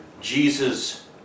Jesus